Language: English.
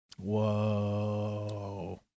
Whoa